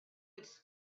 its